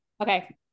okay